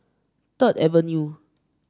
Third Avenue